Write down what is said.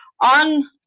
on